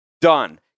Done